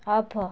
of